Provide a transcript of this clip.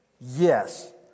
Yes